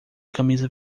camisa